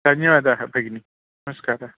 धन्यवादः भगिनी नमस्कारः